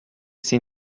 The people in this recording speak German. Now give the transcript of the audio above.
sie